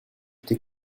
este